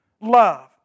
Love